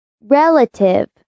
Relative